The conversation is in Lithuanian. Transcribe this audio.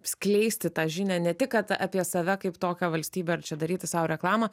skleisti tą žinią ne tik kad apie save kaip tokią valstybę ar čia darytis sau reklamą